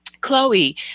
Chloe